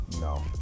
No